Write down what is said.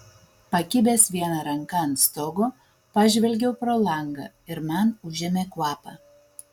pakibęs viena ranka ant stogo pažvelgiau pro langą ir man užėmė kvapą